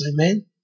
Amen